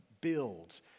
build